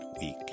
week